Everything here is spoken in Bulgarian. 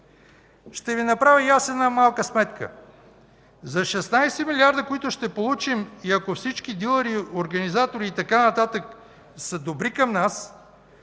Ще Ви направя и аз една малка сметка. За 16 милиарда, които ще получим и ако всички дилъри и организатори, и така нататък са добри към нас,